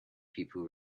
people